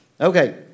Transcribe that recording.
Okay